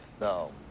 No